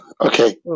okay